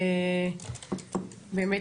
באמת,